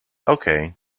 okay